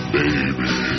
baby